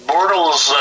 Bortles